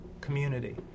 community